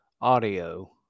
audio